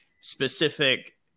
specific